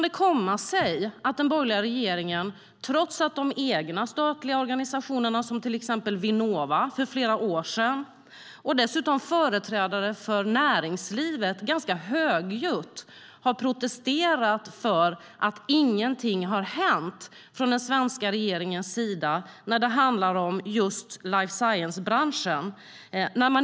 De egna statliga organisationerna, som exempelvis Vinnova, och företrädare för näringslivet protesterade ganska högljutt redan för flera år sedan mot att ingenting hände från den svenska regeringens sida när det gällde life science-branschen.